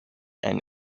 and